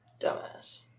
Dumbass